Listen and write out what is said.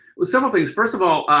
well several things. first of all,